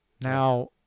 Now